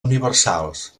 universals